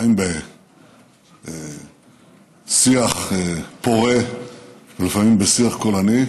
לפעמים בשיח פורה ולפעמים בשיח קולני.